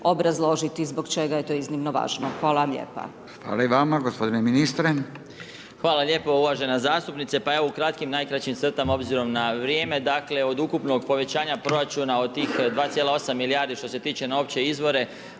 obrazložiti zbog čega je to iznimno važno. Hvala vam lijepa. **Radin, Furio (Nezavisni)** Hvala i vama. Gospodine ministre. **Marić, Zdravko** Hvala lijepo uvažena zastupnice. Pa evo u kratkim, najkraćim crtama obzirom na vrijeme, dakle, od ukupnog povećanja proračuna od tih 2,8 milijardi što se tiče na opće izvore,